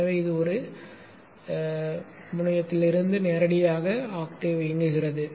எனவே இது இது முனையத்திலிருந்து நேரடியாக ஆக்டேவ்வை இயக்குகிறது